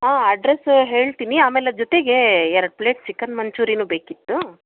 ಹಾಂ ಅಡ್ರೆಸ್ ಹೇಳ್ತೀನಿ ಆಮೇಲೆ ಜೊತೆಗೆ ಎರಡು ಪ್ಲೇಟ್ ಚಿಕನ್ ಮಂಚೂರಿಯೂ ಬೇಕಿತ್ತು